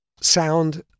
sound